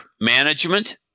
management